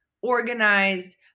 organized